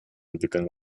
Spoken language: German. entwickeln